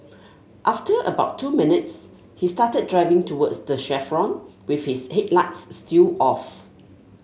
after about two minutes he started driving towards the chevron with his headlights still off